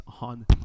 on